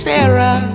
Sarah